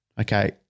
Okay